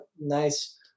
nice